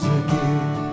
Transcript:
again